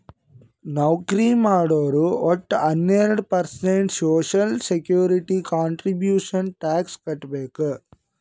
ನೌಕರಿ ಮಾಡೋರು ವಟ್ಟ ಹನ್ನೆರಡು percent social security contribution tax ಕಟ್ಬೇಕ್